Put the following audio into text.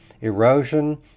Erosion